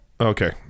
Okay